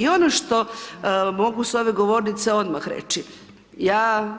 I ono što mogu s ove govornice odmah reći, ja,